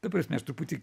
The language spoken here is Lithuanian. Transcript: ta prasme aš truputį